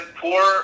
poor